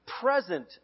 present